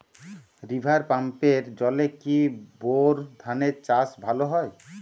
River পাম্পের জলে কি বোর ধানের চাষ ভালো হয়?